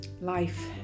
life